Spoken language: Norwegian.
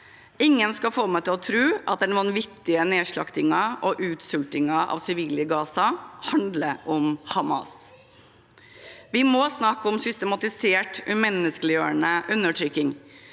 Ingen skal få meg til å tro at den vanvittige nedslaktingen og utsultingen av sivile i Gaza handler om Hamas. Vi må snakke om systematisert umenneskeliggjørende undertrykking.